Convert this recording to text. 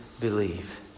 believe